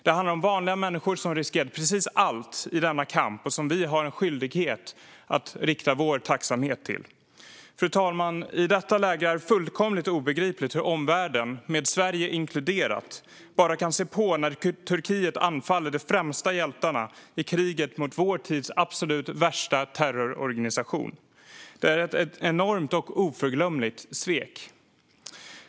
Det handlar om vanliga människor som riskerade precis allt i denna kamp och som vi har en skyldighet att rikta vår tacksamhet till. Fru talman! I detta läge är det fullkomligt obegripligt hur omvärlden, inkluderat Sverige, bara kan se på när Turkiet anfaller de främsta hjältarna i kriget mot vår tids absolut värsta terrororganisation. Det är ett enormt och oförglömligt svek.